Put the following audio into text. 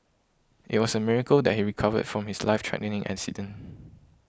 it was a miracle that he recovered from his life threatening accident